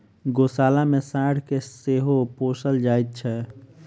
गोशाला मे साँढ़ के सेहो पोसल जाइत छै